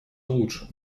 лучше